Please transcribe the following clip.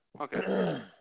Okay